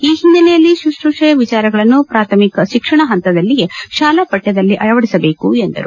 ಈ ಹಿನ್ನೆಲೆಯಲ್ಲಿ ಶುಶ್ರೂಷೆಯ ವಿಚಾರಗಳನ್ನು ಪ್ರಾಥಮಿಕ ಶಿಕ್ಷಣದ ಹಂತದಲ್ಲಿಯೇ ಶಾಲಾ ಪಕ್ಷದಲ್ಲಿ ಅಳವಡಿಸಬೇಕು ಎಂದರು